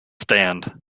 stand